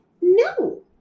no